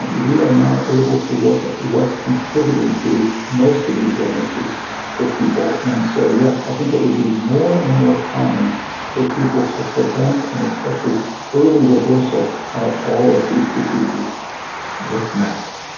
um we are now able to look at what's contributing to most of these illnesses for people. and so yes, i think it will be more and more common for people to prevent, and especially early reversal, of all of these diseases what's next?